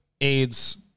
AIDS